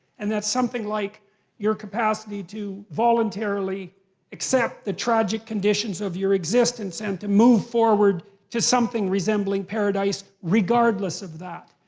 and that's something like your capacity to voluntarily accept the tragic conditions of your existence and to move forward to something resembling paradise, regardless of that.